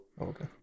Okay